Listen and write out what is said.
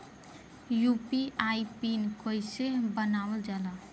UPI pin कइसे बनावल जाला?